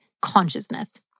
consciousness